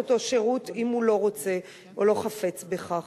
אותו שירות אם הוא לא רוצה או לא חפץ בכך.